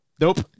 Nope